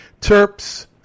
terps